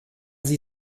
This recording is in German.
sie